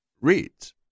reads